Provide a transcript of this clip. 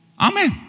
Amen